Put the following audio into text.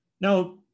Now